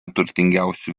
turtingiausių